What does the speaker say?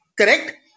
correct